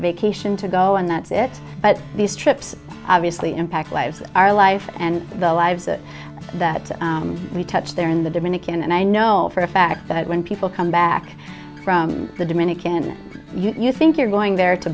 vacation to go and that's it but these trips obviously impact lives our life and the lives that we touch there in the dominican and i know for a fact that when people come back from the dominican you think you're going there to